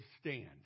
stand